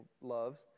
loves